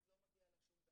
אז לא מגיע לה שום דבר.